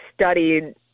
Studied